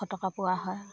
এশ টকা পোৱা হয়